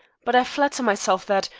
but i flatter myself that,